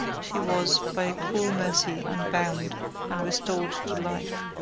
she was, by a cruel mercy unbound and restored to life.